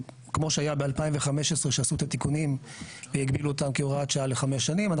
ב-2015 שעשו את התיקונים והגבילו אותם כהוראת שעה לחמש שנים,